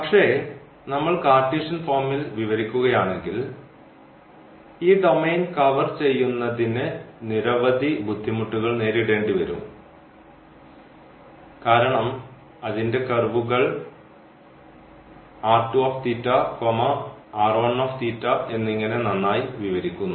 പക്ഷേ നമ്മൾ കാർട്ടീഷ്യൻ ഫോമിൽ വിവരിക്കുകയാണെങ്കിൽ ഈ ഡൊമെയ്ൻ കവർ ചെയ്യുന്നതിന് നിരവധി ബുദ്ധിമുട്ടുകൾ നേരിടേണ്ടിവരും കാരണം അതിൻറെ കർവുകൾ എന്നിങ്ങനെ നന്നായി വിവരിക്കുന്നു